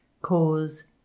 Cause